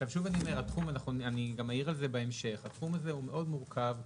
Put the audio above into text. התחום הזה מאוד מורכב.